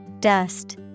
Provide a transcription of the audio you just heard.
Dust